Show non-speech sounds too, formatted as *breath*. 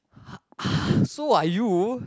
*breath* so are you